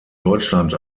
deutschland